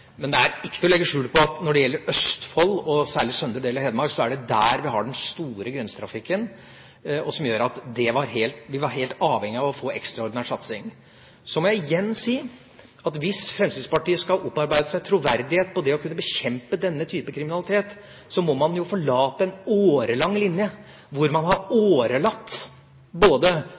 Men det er ikke til å legge skjul på at når det gjelder Østfold og særlig søndre del av Hedmark, så er det der vi har den store grensetrafikken, som gjør at vi er helt avhengige av å få en ekstraordinær satsing. Så må jeg igjen si at hvis Fremskrittspartiet skal opparbeide seg troverdighet i det å kunne bekjempe denne typen kriminalitet, må man forlate en årelang linje, hvor man har årelatt både